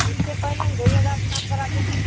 اس سے پہلے ہم دو ہی ہزار میں کام کراتے تھے